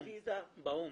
באו"ם.